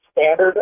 standard